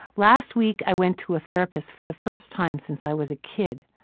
last week i went to a therapist for the first time since i was a kid.